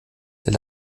der